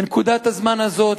בנקודת הזמן הזאת,